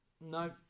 no